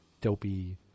dopey